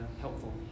helpful